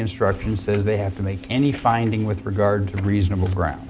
instructions they have to make any finding with regard to reasonable ground